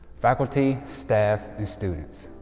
faculty, staff and students,